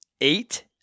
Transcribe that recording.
eight